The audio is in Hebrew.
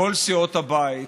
כל סיעות הבית,